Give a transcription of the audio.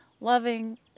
loving